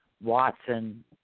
Watson